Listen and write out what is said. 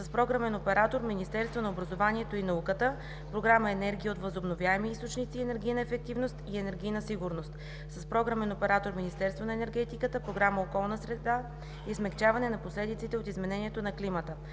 с програмен оператор Министерство на образованието и науката; Програма „Енергия от възобновяеми източници, енергийна ефективност, енергийна сигурност“, с програмен оператор Министерство на енергетиката; Програма „Околна среда и смекчаване на последиците от изменението на климата“,